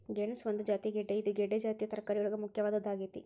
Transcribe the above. ಗೆಣಸ ಒಂದು ಜಾತಿಯ ಗೆಡ್ದೆ ಇದು ಗೆಡ್ದೆ ಜಾತಿಯ ತರಕಾರಿಯೊಳಗ ಮುಖ್ಯವಾದದ್ದಾಗೇತಿ